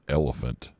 elephant